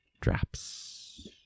drops